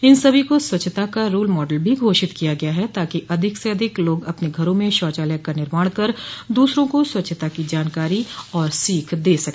इन सभी को स्वच्छता का रोल मॉडल भी घोषित किया गया है ताकि अधिक से अधिक लोग अपने घरों में शौचालयों का निर्माण कर दूसरों को स्वच्छता की जानकारी और सीख दे सके